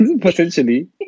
potentially